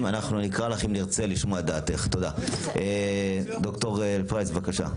ובזה עו"ד פרסטנק